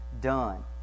done